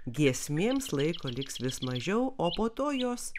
giesmėms laiko liks vis mažiau o po to jos